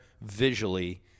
visually